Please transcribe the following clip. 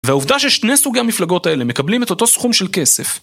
והעובדה ששני סוגי המפלגות האלה מקבלים את אותו סכום של כסף.